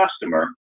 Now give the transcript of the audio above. customer